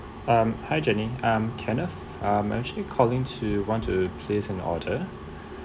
um hi jenny I'm kenneth um actually calling to want to place an order